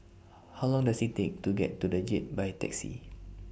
How Long Does IT Take to get to The Jade By Taxi